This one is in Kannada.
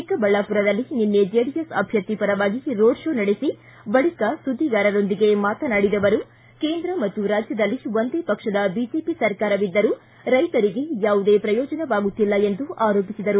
ಚಿಕ್ಕಬಳ್ಳಾಪುರದಲ್ಲಿ ನಿನ್ನೆ ಜೆಡಿಎಸ್ ಅಭ್ಯರ್ಥಿ ಪರವಾಗಿ ರೋಡ್ ಶೋ ನಡೆಸಿ ಬಳಿಕ ಸುದ್ದಿಗಾರರೊಂದಿಗೆ ಮಾತನಾಡಿದ ಅವರು ಕೇಂದ್ರ ಮತ್ತು ರಾಜ್ಯದಲ್ಲಿ ಒಂದೇ ಪಕ್ಷದ ಬಿಜೆಪಿ ಸರ್ಕಾರವಿದ್ದರೂ ರೈತರಿಗೆ ಏನೂ ಪ್ರಯೋಜನವಾಗುತ್ತಿಲ್ಲ ಎಂದು ಆರೋಪಿಸಿದರು